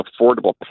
affordable